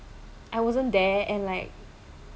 I wasn't there and like